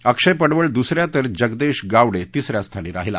अक्षय पडवळ दुसऱ्या तर जदगेश गावडे तिसऱ्या स्थानी राहिला